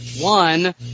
one